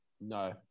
no